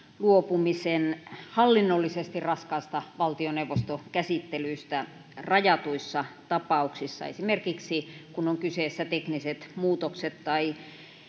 luopumisen hallinnollisesti raskaasta valtioneuvostokäsittelystä rajatuissa tapauksissa esimerkiksi kun on kyseessä tekniset muutokset tai